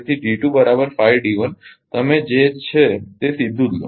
તેથી તમે જે છે તે સીધુ જ લો